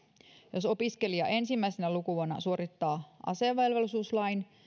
jos opiskelija ensimmäisenä lukuvuonna suorittaa asevelvollisuuslain